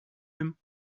him